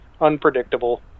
unpredictable